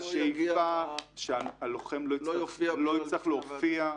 השאיפה היא שהלוחם לא יצטרך להופיע.